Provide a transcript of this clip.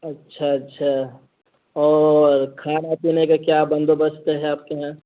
اچھا اچھا اور کھانا پینے کا کیا بندوبست ہے آپ کے یہاں